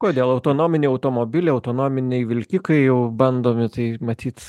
kodėl autonominį automobilį autonominiai vilkikai jau bandomi tai matyt